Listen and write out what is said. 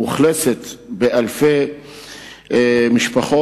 מאוכלסת באלפי משפחות,